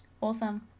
awesome